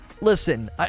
Listen